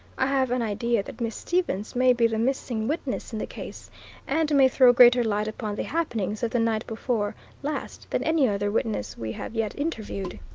i have an idea that miss stevens may be the missing witness in the case and may throw greater light upon the happenings of the night before last than any other witness we have yet interviewed.